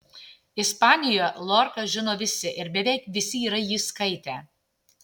ispanijoje lorką žino visi ir beveik visi yra jį skaitę